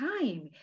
time